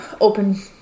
open